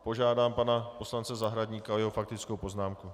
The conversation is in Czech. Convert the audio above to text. Požádám pana poslance Zahradníka o jeho faktickou poznámku.